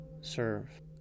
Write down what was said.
serve